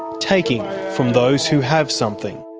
taking from those who have something.